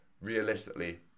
realistically